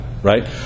right